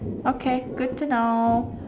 okay good to know